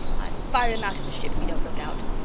fire him out of the ship if he dont look out.